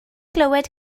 glywed